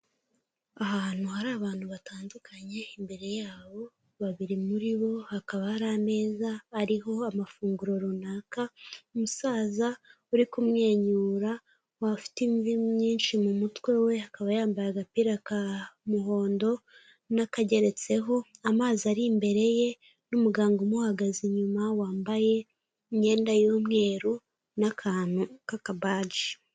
Ahantu hari abantu batandukanye, imbere yabo babiri muri bo, hakaba hari ameza ariho amafunguro runaka, umusaza uri kumwenyura, afite imvi nyinshi mu mutwe we, akaba yambaye agapira k'umuhondo, n'akageretseho, amazi ari imbere ye, n'umuganga umuhagaze inyuma wambaye imyenda y'umweru n'akantu k'akabaji.